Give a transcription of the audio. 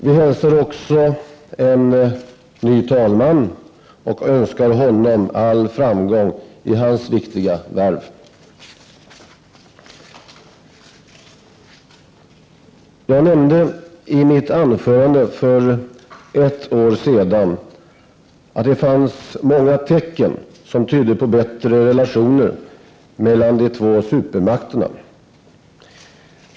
Vi hälsar också en ny talman och önskar honom all framgång i hans viktiga värv. Jag nämnde i mitt anförande för ett år sedan att det fanns många tecken som tydde på bättre relationer mellan de två supermakterna.